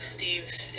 Steve's